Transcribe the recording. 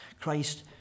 Christ